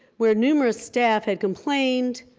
where numerous staff had complained.